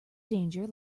danger